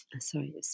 sorry